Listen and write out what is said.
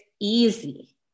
easy